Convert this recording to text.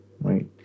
right